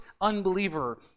unbeliever